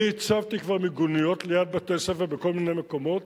אני הצבתי כבר מיגוניות ליד בתי-הספר בכל מיני מקומות,